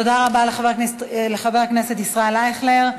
תודה רבה לחבר הכנסת ישראל אייכלר.